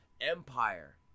empire